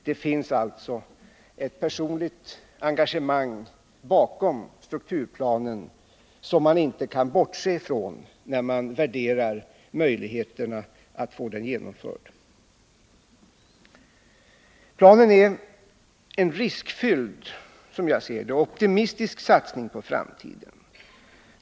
Det finns alltså ett personligt engagemang bakom strukturplanen som man inte kan bortse från när man värderar möjligheterna att få den genomförd. Planen är, som jag ser det, en riskfylld och optimistisk satsning på framtiden.